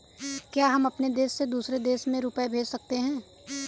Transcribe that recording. क्या हम अपने देश से दूसरे देश में रुपये भेज सकते हैं?